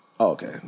Okay